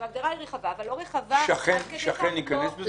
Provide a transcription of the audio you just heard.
אני חושב שכן הגענו להבנות,